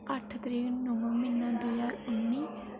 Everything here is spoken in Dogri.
अट्ठ तरीक नौमां म्हीना दो ज्हार उन्नी